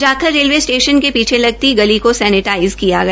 Jakhal railway station के पीछे लगती गली को सैनेटाइज़ किया किया गया